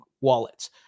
wallets